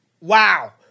Wow